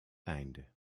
einde